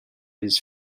his